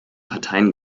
parteien